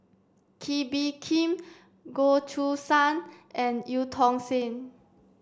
Kee Bee Khim Goh Choo San and Eu Tong Sen